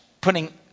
putting